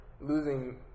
losing